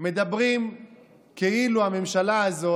מדברים כאילו הממשלה הזו,